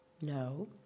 No